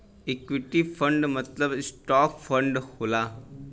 equity fund मतलब stock fund होला